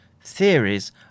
theories